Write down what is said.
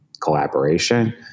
collaboration